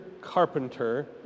carpenter